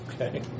Okay